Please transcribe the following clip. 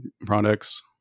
products